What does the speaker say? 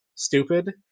stupid